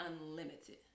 unlimited